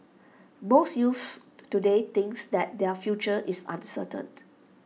most youths today thinks that their future is uncertain